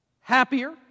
happier